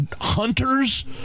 hunters